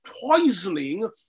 poisoning